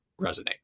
resonate